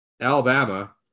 Alabama